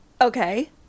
okay